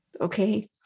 Okay